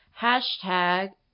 Hashtag